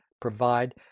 provide